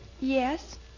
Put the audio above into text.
Yes